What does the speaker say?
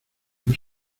muy